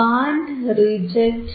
band reject